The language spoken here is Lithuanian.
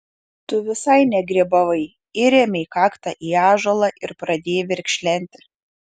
tu visai negrybavai įrėmei kaktą į ąžuolą ir pradėjai verkšlenti